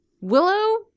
Willow